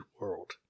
world